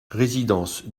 résidence